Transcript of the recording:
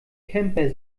camper